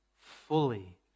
fully